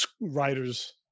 writers